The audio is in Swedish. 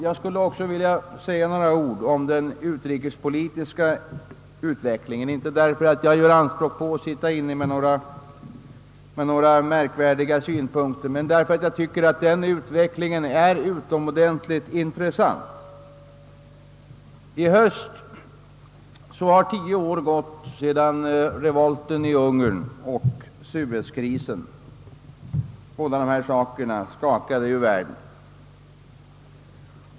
Jag skulle också vilja säga några ord om den utrikespolitiska utvecklingen, inte därför att jag gör anspråk på att ha några märkliga syn punkter, utan därför att jag tycker att utvecklingen härvidlag är utomordentligt intressant. I höst har tio år förflutit sedan revolten i Ungern och Suezkrisen skakade världen.